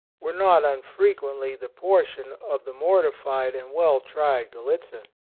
were not unfrequently the portion of the mortified and well-tried grallitzin.